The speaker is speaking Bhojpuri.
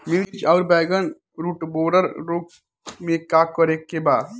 मिर्च आउर बैगन रुटबोरर रोग में का करे के बा?